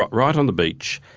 but right on the beach,